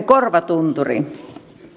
korvatunturi